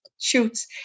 Shoots